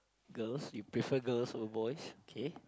girls you prefer girls over boys okay